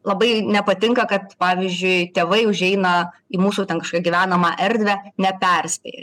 labai nepatinka kad pavyzdžiui tėvai užeina į mūsų ten kažkokią gyvenamą erdvę neperspėję